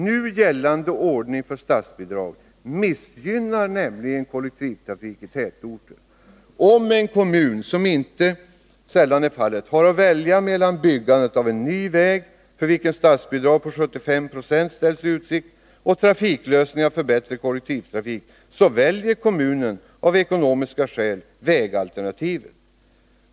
Nu gällande ordning för statsbidrag missgynnar nämligen kollektivtrafik i tätorter. Om en kommun -— vilket inte sällan är fallet — har att välja mellan byggandet av en ny väg, för vilken statsbidrag på 75 9o ställs i utsikt, och trafiklösningar för bättre kollektivtrafik, så väljer kommunen av ekonomiska skäl vägalternativet.